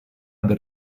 del